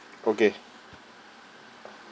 okay